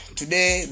today